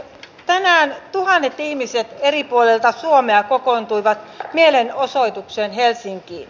tänään tuhannet ihmiset eri puolilta suomea kokoontuivat mielenosoitukseen helsinkiin